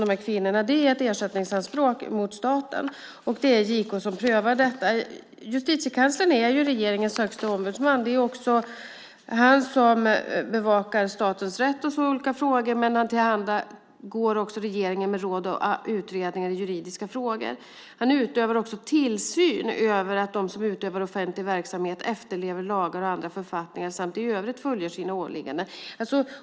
Det är först ett ersättningsanspråk mot staten, och det är JK som prövar detta. Justitiekanslern är regeringens högsta ombudsman. Det är också han som bevakar statens rätt i olika frågor. Han går regeringen till handa med råd och utredningar i juridiska frågor. Han utövar också tillsyn över att de som utövar offentlig verksamhet efterlever lagar och andra författningar samt i övrigt sköter sina åligganden.